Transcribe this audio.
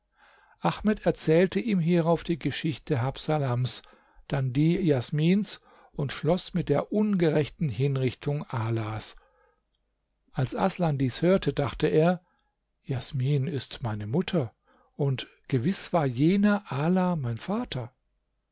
ahmed erzählte ihm hierauf die geschichte habsalams dann die jasmins und schloß mit der ungerechten hinrichtung alas als aßlan dies hörte dachte er jasmin ist meine mutter und gewiß war jener ala mein vater